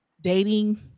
dating